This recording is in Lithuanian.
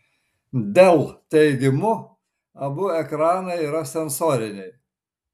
dell teigimu abu ekranai yra sensoriniai